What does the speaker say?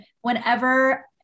whenever